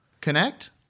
Connect